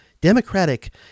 democratic